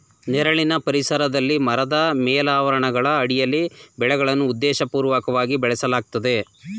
ನೆರಳಿನ ಪರಿಸರದಲ್ಲಿ ಮರದ ಮೇಲಾವರಣಗಳ ಅಡಿಯಲ್ಲಿ ಬೆಳೆಗಳನ್ನು ಉದ್ದೇಶಪೂರ್ವಕವಾಗಿ ಬೆಳೆಸಲಾಗ್ತದೆ